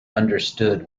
understood